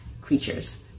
creatures